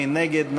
מי נגד?